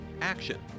action